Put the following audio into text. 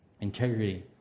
Integrity